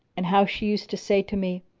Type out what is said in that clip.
and how she used to say to me,